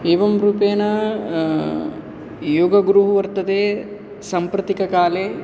एवं रूपेण योगगुरुः वर्तते साम्प्रतिककाले